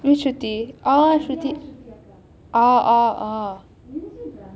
which shruthi oh oh oh